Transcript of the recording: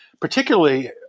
particularly